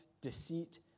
deceit